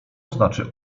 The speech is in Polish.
znaczy